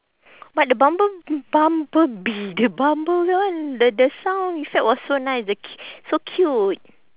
but the bumble bumblebee the bumble kan the the sound effect was so nice the cu~ so cute